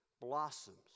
blossoms